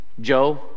Joe